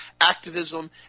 activism